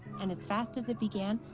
and as fast as it began,